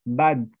bad